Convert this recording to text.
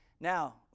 Now